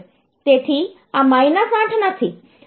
તેથી આ માઈનસ 8 નથી